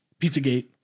Pizzagate